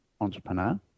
entrepreneur